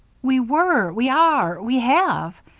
we were we are we have,